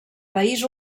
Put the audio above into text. país